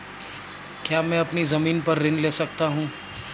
क्या मैं अपनी ज़मीन पर ऋण ले सकता हूँ?